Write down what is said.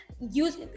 use